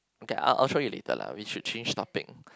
okay I'll show you later lah we should change topic